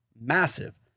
Massive